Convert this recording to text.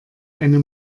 eine